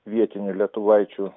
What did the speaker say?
vietinių lietuvaičių